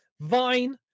Vine